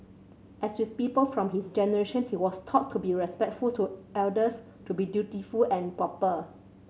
as with people from his generation he was taught to be respectful to elders to be dutiful and proper